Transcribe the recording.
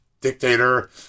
dictator